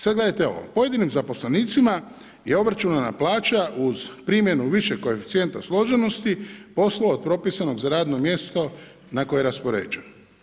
Sada gledajte evo, pojedinim zaposlenicima je obračunana plaća uz primjenu višeg koeficijenta složenosti poslova od propisanog za radno mjesto na koje je raspoređen.